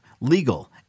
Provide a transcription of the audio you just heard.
legal